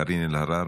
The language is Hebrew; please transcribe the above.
קארין אלהרר,